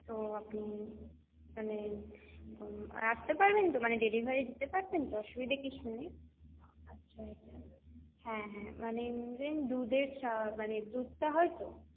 তো আপনি মানে আসতে পারবেন তো মানে ডেলিভারি দিতে পারবেনতো অসুবিধা কিছু নেই আচ্ছা আচ্ছা হ্যাঁ হ্যাঁ মানে দুধের চা মানে দুধ চা হয় তো